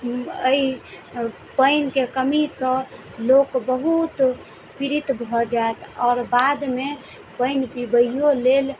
अइ पानिके कमीसँ लोक बहुत पीड़ित भऽ जायत आओर बादमे पानि पीबैयो लेल